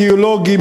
תיאולוגי,